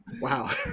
wow